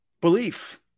Belief